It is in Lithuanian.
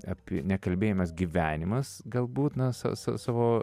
api nekalbėjimas gyvenimas galbūt na sa sa savo